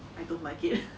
I don't like it